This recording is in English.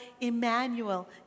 Emmanuel